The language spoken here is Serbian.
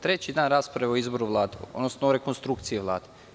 Treći dan rasprave o izboru Vlade, odnosno o rekonstrukciji Vlade.